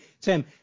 Tim